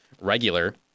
regular